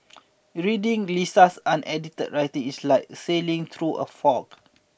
reading Lisa's unedited writings is like sailing through a fog